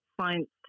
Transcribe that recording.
science